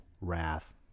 wrath